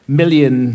million